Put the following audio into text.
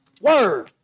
Word